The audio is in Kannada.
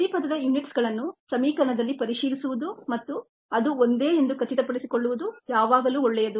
ಪ್ರತಿ ಪದದ ಯೂನಿಟ್ಸ ಗಳನ್ನು ಸಮೀಕರಣದಲ್ಲಿ ಪರಿಶೀಲಿಸುವುದು ಮತ್ತು ಅದು ಒಂದೇ ಎಂದು ಖಚಿತಪಡಿಸಿಕೊಳ್ಳುವುದು ಯಾವಾಗಲೂ ಒಳ್ಳೆಯದು